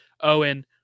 Owen